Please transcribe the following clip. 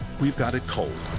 we've got it cold.